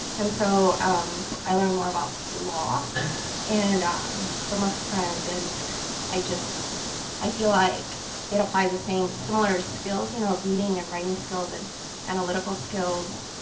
and so um i learned more about law and um from a friend, and i just i feel like it applies the same similar skills, you know reading and writing skills and analytical skills.